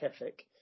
ethic